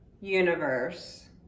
universe